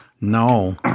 No